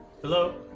Hello